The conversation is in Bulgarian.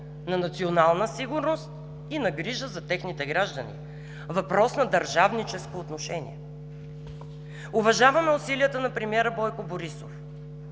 на национална сигурност и на грижа за техните граждани; въпрос е на държавническо отношение. Уважаваме усилията на премиера Бойко Борисов